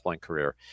career